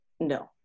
No